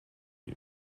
you